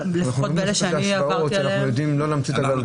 אנחנו הרי לא רוצים להמציא את הגלגל.